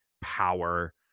power